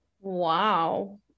Wow